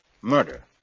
Murder